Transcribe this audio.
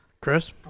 Chris